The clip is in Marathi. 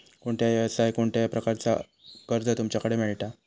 कोणत्या यवसाय कोणत्या प्रकारचा कर्ज तुमच्याकडे मेलता?